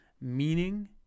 meaning